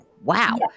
Wow